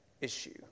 issue